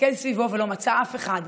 הסתכל סביבו ולא מצא אף אחד.